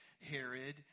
Herod